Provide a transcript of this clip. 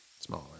Smaller